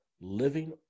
living